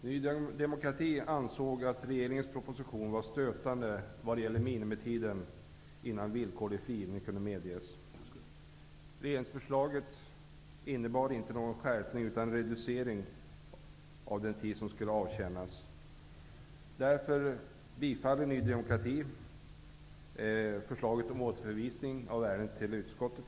Herr talman! Ny demokrati anser att regeringens proposition är stötande i vad gäller minimitiden innan villkorlig frigivning kan medges. Regeringsförslaget innebär inte någon skärpning utan en reducering av den tid som skall avtjänas, därför bifaller Ny demokrati förslaget om återförvisning av ärendet till utskottet.